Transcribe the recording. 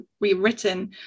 rewritten